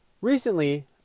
Recently